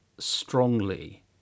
strongly